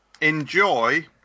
enjoy